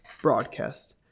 broadcast